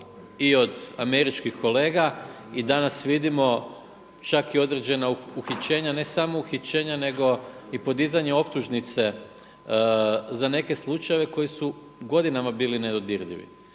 i od američkih kolega i danas vidimo čak i određena uhićenja, ne samo uhićenja nego i podizanje optužnice za neke slučajeve koji su godinama bili nedodirljivi.